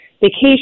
vacation